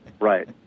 right